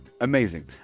amazing